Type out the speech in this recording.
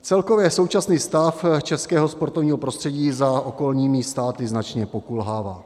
Celkově současný stav českého sportovního prostředí za okolními státy značně pokulhává.